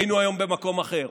היינו היום במקום אחר.